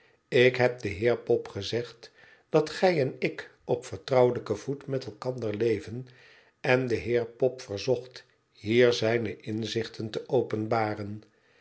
ik heb den heer pop gezegd dat gij en ik op vertrouwelijken voet met elkander leven en den heer pop verzocht hier zijne inzichten te openbaren